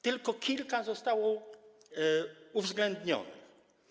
Tylko kilka zostało uwzględnionych.